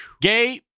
Gay